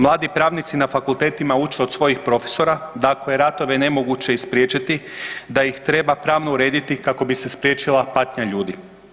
Mladi pravnici na fakultetima uče od svojih profesora … [[ne razumije se]] ratove nemoguće spriječiti, da ih treba pravno urediti kako bi se spriječila patnja ljudi.